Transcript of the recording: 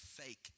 fake